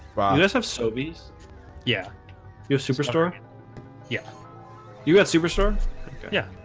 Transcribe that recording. well, let's have sobeys yeah your superstore yeah you got superstore yeah,